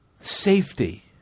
safety